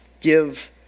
Give